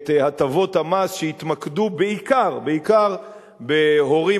את הטבות המס שהתמקדו בעיקר בעיקר בהורים